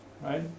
right